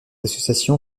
association